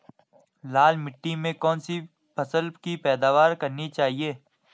लाल मिट्टी में कौन सी फसल की पैदावार करनी चाहिए?